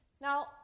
Now